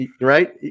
Right